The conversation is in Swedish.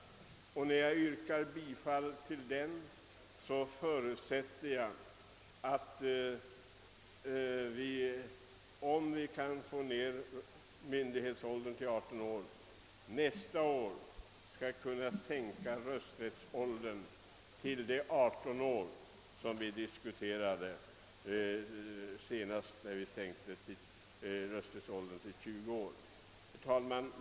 Jag förutsätter att vi, om vi kan få ner myndighetsåldern till 18 år, nästa år skall kunna sänka rösträttsåldern till samma gräns, 18 år, som vi diskuterade senast när rösträttsåldern sänktes till 20 år. Herr talman!